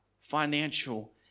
financial